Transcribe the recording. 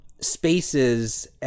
spaces